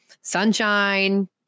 sunshine